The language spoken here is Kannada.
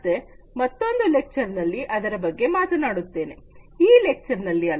ಮತ್ತೆ ಮತ್ತೊಂದು ಉಪನ್ಯಾಸದಲ್ಲಿ ಅದರ ಬಗ್ಗೆ ಮಾತನಾಡುತ್ತೇವೆ ಈ ಉಪನ್ಯಾಸದಲ್ಲಿ ಅಲ್ಲ